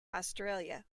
australia